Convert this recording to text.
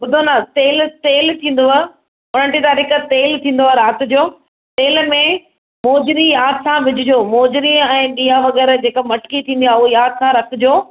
ॿुधो न तेलु तेलु थींदव ट्वैंटी तारीख़ थींदुव राति जो तेल में मोजिरी यादि सां विझिजो मोजिरी ऐं ॾिया वग़ैरह जेका मटिकी थींदी आहे उहो यादि सां रखिजो